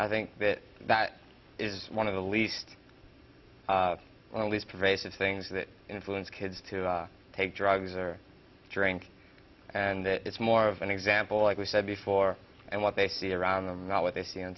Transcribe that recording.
i think that that is one of the least well these pervasive things that influence kids to take drugs or drink and it's more of an example like we said before and what they see around them not what they see on